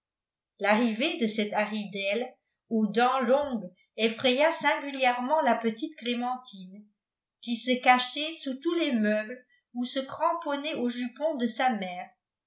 l'arrivée de cette haridelle aux dents longues effraya singulièrement la petite clémentine qui se cachait sous tous les meubles ou se cramponnait aux jupons de sa mère